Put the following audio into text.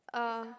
uh